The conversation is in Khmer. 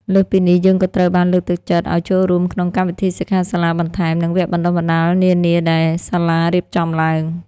លើសពីនេះ យើងក៏ត្រូវបានលើកទឹកចិត្តឲ្យចូលរួមក្នុងកម្មវិធីសិក្ខាសាលាបន្ថែម និងវគ្គបណ្តុះបណ្តាលនានាដែលសាលារៀបចំឡើង។